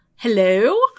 Hello